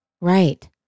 Right